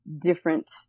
different